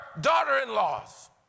daughter-in-laws